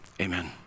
Amen